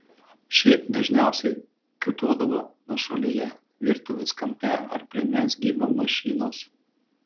šiaip dažniausiai kiūtodavo nuošalyje virtuvės kampe ar prie mezgimo mašinos